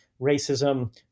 racism